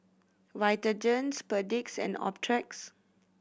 Vitagen Perdix and Optrex